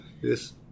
Yes